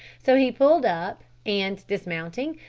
so he pulled up, and, dismounting,